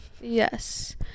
Yes